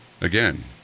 Again